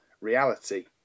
reality